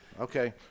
Okay